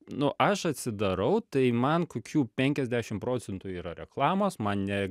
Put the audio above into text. nu aš atsidarau tai man kokių penkiasdešim procentų yra reklamos man ne